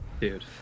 dude